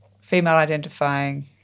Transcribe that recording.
female-identifying